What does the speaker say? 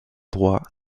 droit